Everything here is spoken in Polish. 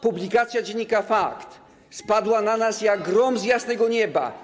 Publikacja dziennika „Fakt” spadła na nas jak grom z jasnego nieba.